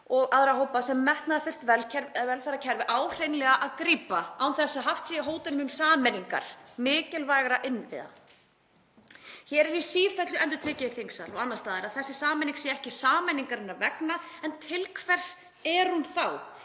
og aðra hópa sem metnaðarfullt velferðarkerfi á að grípa án þess að haft sé í hótunum um sameiningu mikilvægra innviða. Hér er í sífellu endurtekið í þingsal og annars staðar að þessi sameining sé ekki sameiningarinnar vegna. En til hvers er hún þá?